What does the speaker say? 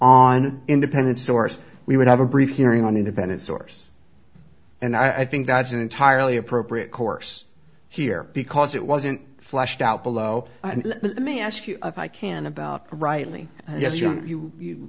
on independent source we would have a brief hearing on independent source and i think that's an entirely appropriate course here because it wasn't fleshed out below me ask you if i can about rightly yes you don't you